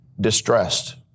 distressed